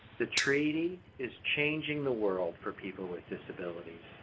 the treaty is changing the world for people with disabilities.